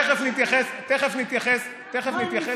תכף נתייחס, תכף נתייחס.